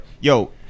Yo